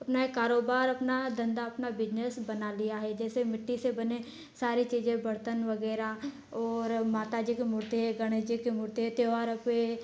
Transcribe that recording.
अपना एक कारोबार अपना धंधा अपना बिजनेस बना लिया है जैसे मिट्टी से बने सारी चीजें बर्तन वगैरह और माता जी की मूर्ति है गणेश जी के मूर्ति है त्योहारों पर